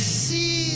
see